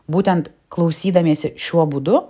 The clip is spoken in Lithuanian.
būtent klausydamiesi šiuo būdu